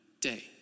day